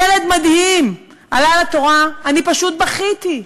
ילד מדהים, עלה לתורה, אני פשוט בכיתי.